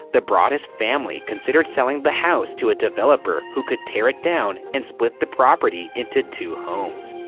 the broaddus family considered selling the house to a developer who could tear it down and split the property into two homes.